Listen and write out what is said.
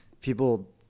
people